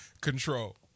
control